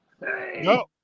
No